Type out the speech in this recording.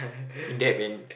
in depth and